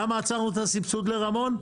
למה עצרנו את הסבסוד לרמון?